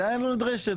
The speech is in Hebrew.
מה נדרשת?